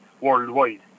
worldwide